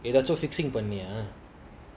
ஏதாச்சும்:edhachum fixing பண்ணியா:pannia